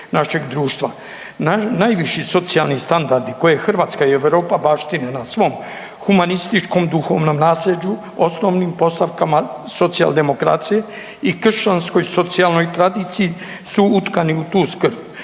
Najviši socijalni standardi koje Hrvatska i Europa baštine na svom humanističkom duhovnom naslijeđu, osnovnim postavkama socijaldemokracije i kršćanskoj socijalnoj tradiciji su utkani u tu skrb.